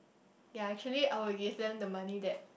ya actually I would give them the money that